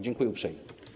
Dziękuję uprzejmie.